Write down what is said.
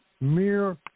mere